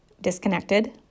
disconnected